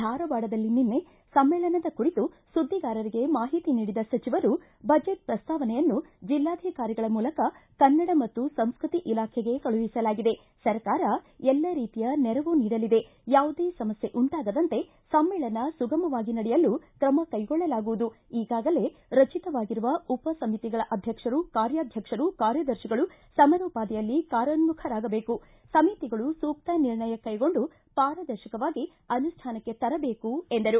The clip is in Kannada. ಧಾರವಾಡದಲ್ಲಿ ನಿನ್ನೆ ಸಮ್ಮೇಳನದ ಕುರಿತು ಸುದ್ದಿಗಾರರಿಗೆ ಮಾಹಿತಿ ನೀಡಿದ ಸಚವರು ಬಜೆಟ್ ಪ್ರಸ್ತಾವನೆಯನ್ನು ಜಿಲ್ಲಾಧಿಕಾರಿಗಳ ಮೂಲಕ ಕನ್ನಡ ಮತ್ತು ಸಂಸ್ಕೃತಿ ಇಲಾಖೆಗೆ ಕಳುಹಿಸಲಾಗಿದೆ ಸರ್ಕಾರ ಎಲ್ಲ ರೀತಿಯ ನೆರವು ನೀಡಲಿದೆ ಯಾವುದೇ ಸಮಸ್ನೆ ಉಂಟಾಗದಂತೆ ಸಮ್ನೇಳನ ಸುಗಮವಾಗಿ ನಡೆಯಲು ಕ್ರಮ ಕ್ಟೆಗೊಳ್ಳಲಾಗುವುದು ಈಗಾಗಲೇ ರಚಿತವಾಗಿರುವ ಉಪಸಮಿತಿಗಳ ಅಧ್ಯಕ್ಷರು ಕಾರ್ಯಾಧ್ಯಕ್ಷರು ಕಾರ್ಯದರ್ತಿಗಳು ಸಮರೋಪಾದಿಯಲ್ಲಿ ಕಾರ್ಯೋನ್ನುಖರಾಗಬೇಕು ಸಮಿತಿಗಳು ಸೂಕ್ತ ನಿರ್ಣಯ ಕೈಗೊಂಡು ಪಾರದರ್ಶಕವಾಗಿ ಅನುಷ್ಠಾನಕ್ಕೆ ತರಬೇಕು ಎಂದರು